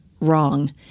wrong